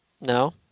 No